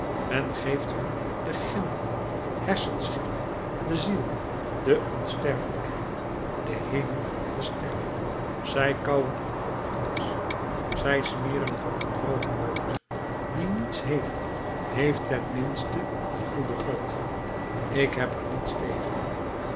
men geeft hun legenden hersenschimmen de ziel de onsterfelijkheid den hemel de sterren zij kauwen op dat alles zij smeren het op hun droog brood die niets heeft heeft ten minste den goeden god ik heb er niets tegen